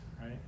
right